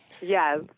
Yes